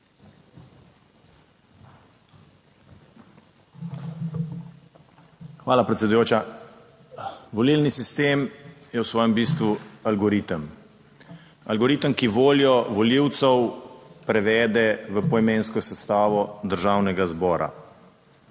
Hvala predsedujoča. Volilni sistem je v svojem bistvu algoritem, algoritem, ki voljo volivcev prevede v poimensko sestavo Državnega zbora.